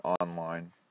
online